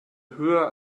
höher